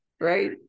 Right